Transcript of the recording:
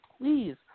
please